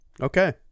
okay